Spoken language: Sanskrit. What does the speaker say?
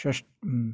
षष्ट्